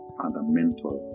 fundamental